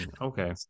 Okay